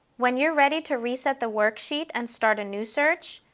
when you are ready to reset the worksheet and start a new search,